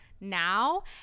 now